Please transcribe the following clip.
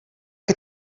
que